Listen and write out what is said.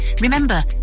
Remember